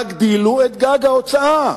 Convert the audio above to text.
תגדילו את גג ההוצאה.